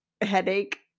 headache